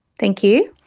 thank you.